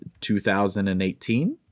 2018